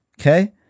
Okay